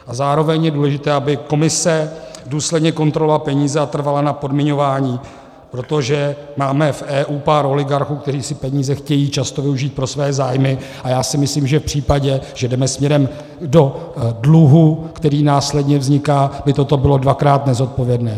A zároveň je důležité, aby Komise důsledně kontrolovala peníze a trvala na podmiňování, protože máme v EU pár oligarchů, kteří si peníze chtějí často využít pro své zájmy, a já si myslím, že v případě, že jdeme směrem do dluhu, který následně vzniká, by toto bylo dvakrát nezodpovědné.